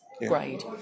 grade